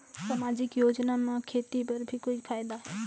समाजिक योजना म खेती बर भी कोई फायदा है?